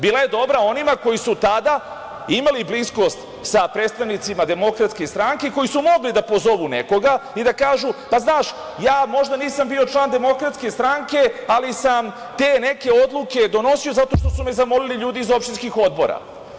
Bila je dobra onima koji su tada imali bliskost sa predstavnicima DS, koji su mogli da pozovu nekoga i da kažu – pa, znaš ja možda nisam bio član DS, ali sam te neke odluke donosio zato što su me zamolili ljudi iz opštinskih odbora.